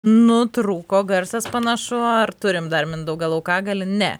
nutrūko garsas panašu ar turime dar mindaugą laukagalių ne